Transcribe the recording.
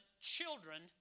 Children